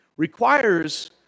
Requires